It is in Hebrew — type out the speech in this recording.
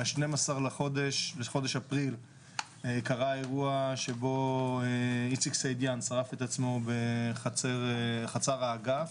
ב-12 בחודש אפריל קרה אירוע שבו איציק סעידיאן שרף את עצמו בחצר האגף.